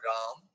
Ram